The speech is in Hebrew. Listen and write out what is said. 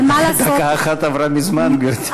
דקה אחת עברה מזמן, גברתי.